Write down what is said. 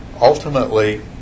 ultimately